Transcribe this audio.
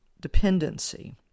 dependency